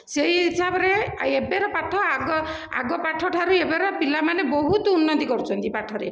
ସେଇ ହିସାବରେ ଆଉ ଏବେର ପାଠ ଆଗ ଆଗ ପାଠ ଠାରୁ ଏବେର ପିଲାମାନେ ବହୁତ ଉନ୍ନତି କରୁଛନ୍ତି ପାଠରେ